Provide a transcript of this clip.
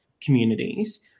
communities